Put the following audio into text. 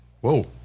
Whoa